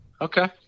Okay